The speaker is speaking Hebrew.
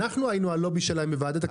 אנחנו היינו הלובי שלהם בוועדת הכספים.